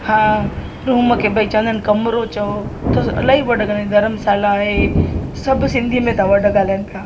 हा हू मूंखे ॿई चवंदा आहिनि कमिरो चओ इलाही वर्ड ॻाल्हाईंदा आहिनि गरमसाल्हा आहे सभु सिंधीअ में था वर्ड ॻाल्हाइनि पिया